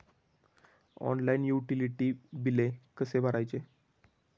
Online utility बिले कसे भरायचे?